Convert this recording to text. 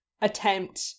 attempt